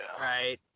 Right